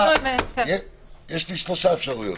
יש לי שלוש אפשרויות.